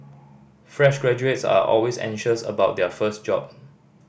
fresh graduates are always anxious about their first job